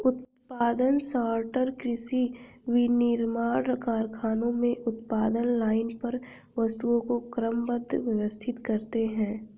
उत्पादन सॉर्टर कृषि, विनिर्माण कारखानों में उत्पादन लाइन पर वस्तुओं को क्रमबद्ध, व्यवस्थित करते हैं